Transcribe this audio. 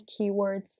keywords